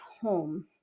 home